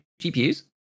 GPUs